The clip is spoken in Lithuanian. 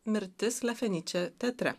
mirtis lefeniče teatre